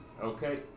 Okay